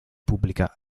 pubblica